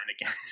again